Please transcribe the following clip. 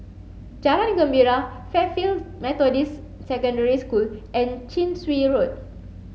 Jalan Gembira Fairfield Methodist Secondary School and Chin Swee Road